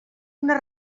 una